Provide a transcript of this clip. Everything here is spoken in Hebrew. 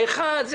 האחד,